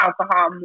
alcohol